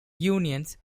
unions